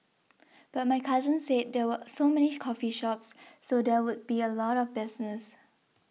but my cousin said there were so many coffee shops so there would be a lot of business